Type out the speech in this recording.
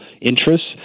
interests